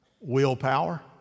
willpower